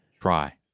Try